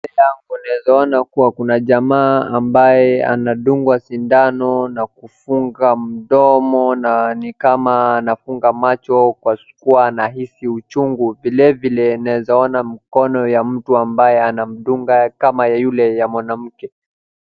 Mbele yangu naeza ona kuwa kuna jamaa ambaye anandungwa sindano na kufunga mdomo na ni kama anafunga macho kwa kuwa anahisi uchungu. Vile vile naeza ona mkono ya mtu ambaye anamdunga kama yule ya mwanamke.